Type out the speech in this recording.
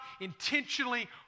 intentionally